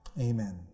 Amen